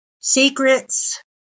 secrets